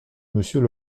monsieur